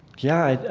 yeah,